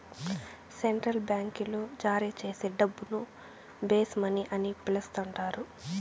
central బాంకీలు జారీచేసే డబ్బును బేస్ మనీ అని పిలస్తండారు